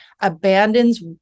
abandons